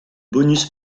bonus